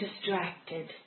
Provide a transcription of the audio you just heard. distracted